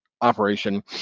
operation